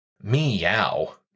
Meow